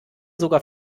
sogar